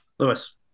Lewis